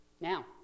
now